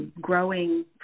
Growing